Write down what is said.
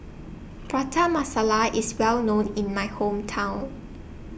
Prata Masala IS Well known in My Hometown